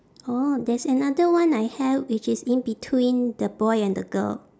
orh there's another one I have which is in between the boy and the girl